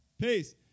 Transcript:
Peace